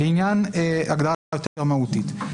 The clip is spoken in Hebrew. לעניין הגדרה יותר מהותית.